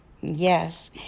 yes